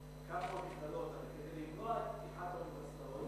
כדי למנוע את פתיחת האוניברסיטאות